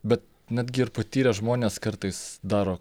bet netgi ir patyrę žmonės kartais daro